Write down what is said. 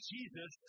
Jesus